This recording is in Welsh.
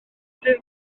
dydd